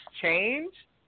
change